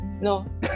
No